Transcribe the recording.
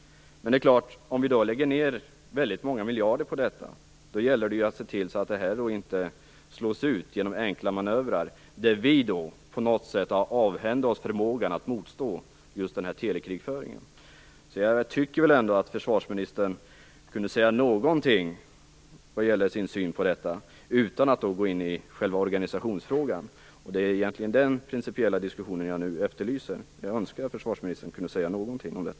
Men det är klart: Om vi då lägger ner väldigt många miljarder på detta gäller det att se till så att det inte slås ut genom enkla manövrar för att vi har avhändat oss förmågan att motstå telekrigföring. Jag tycker ändå att försvarsministern kunde säga någonting om sin syn på detta utan att gå in i själva organisationsfrågan, och det är egentligen den principiella diskussionen jag nu efterlyser. Jag önskar att försvarsministern kunde säga någonting om detta.